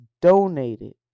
donated